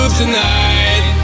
tonight